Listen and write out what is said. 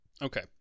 Okay